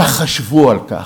תחשבו על כך.